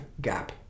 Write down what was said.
gap